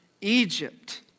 Egypt